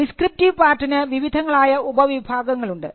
descriptive പാർട്ടിന് വിവിധങ്ങളായ ഉപവിഭാഗങ്ങളുണ്ട്